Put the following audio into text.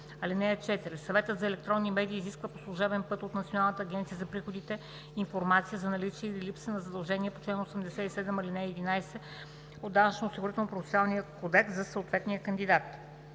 ал. 4: „(4) Съветът за електронни медии изисква по служебен път от Националната агенция за приходите информация за наличие или липса на задължения по чл. 87, ал. 11 от Данъчно-осигурителния процесуален кодекс за съответния кандидат.“